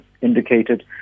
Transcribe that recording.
indicated